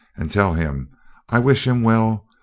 and tell him i wish him well,